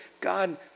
God